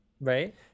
Right